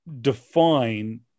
define